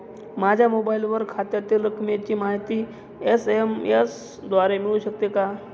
माझ्या मोबाईलवर खात्यातील रकमेची माहिती एस.एम.एस द्वारे मिळू शकते का?